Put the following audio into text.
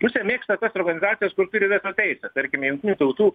rusija mėgsta tas organizacijas kur turi veto teisę tarkime jungtinių tautų